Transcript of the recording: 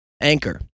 anchor